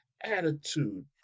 attitude